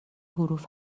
حروف